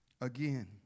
again